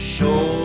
Show